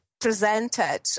presented